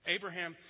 Abraham